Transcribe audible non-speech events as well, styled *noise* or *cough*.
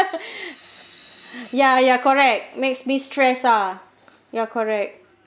*laughs* ya ya correct makes me stress ah ya correct